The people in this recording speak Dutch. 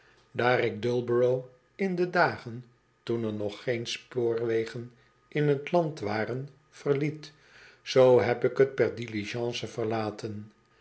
daar ik dullborough in de dagen toen er nog geen spoorwegen in t land waren verliet zoo heb ik t per diligence verlaten